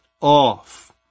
off